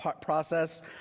process